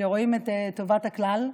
שרואים את טובת הכלל.